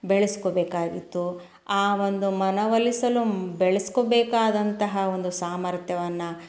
ಬೆಳೆಸ್ಕೋಬೇಕಾಗಿತ್ತು ಆ ಒಂದು ಮನ ಒಲಿಸಲು ಬೆಳೆಸ್ಕೋಬೇಕಾದಂತಹ ಒಂದು ಸಾಮರ್ಥ್ಯವನ್ನು